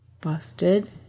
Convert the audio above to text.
Busted